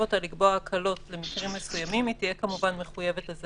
אותה לקבוע הקלות למקרים מסוימים היא תהיה כמובן מחויבת לזה